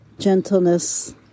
Gentleness